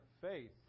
faith